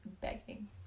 begging